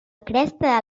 cresta